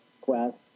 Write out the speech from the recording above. quest